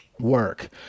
work